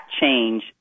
change